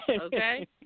Okay